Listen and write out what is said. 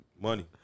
Money